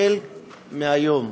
החל מהיום.